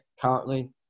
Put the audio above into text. currently